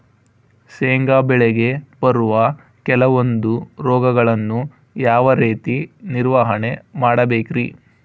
ಶೇಂಗಾ ಬೆಳೆಗೆ ಬರುವ ಕೆಲವೊಂದು ರೋಗಗಳನ್ನು ಯಾವ ರೇತಿ ನಿರ್ವಹಣೆ ಮಾಡಬೇಕ್ರಿ?